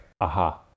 Aha